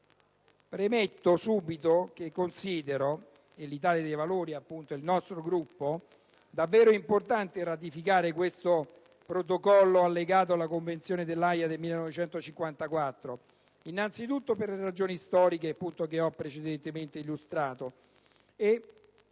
Premetto subito che il mio Gruppo, l'Italia dei Valori, considera importante ratificare questo protocollo allegato alla Convenzione dell'Aja del 1954, innanzi tutto per le ragioni storiche che ho precedentemente illustrato.